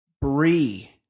Bree